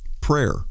Prayer